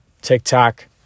TikTok